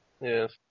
Yes